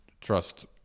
trust